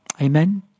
Amen